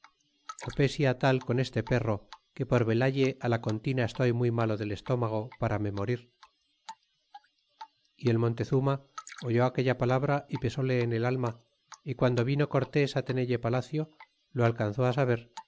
pesia tal con este perro que por velalle la contina estoy muy malo del estómago para me morir y olltiontezuma oyó aquella palabra y pesúle en el alma y guando vino cortes á tenelle palacio lo alcanzó saber